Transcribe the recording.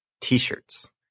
T-shirts